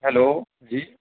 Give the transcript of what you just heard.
hello جی